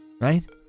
Right